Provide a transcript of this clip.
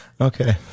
Okay